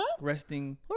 resting